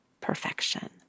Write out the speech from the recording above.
perfection